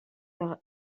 car